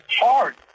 hard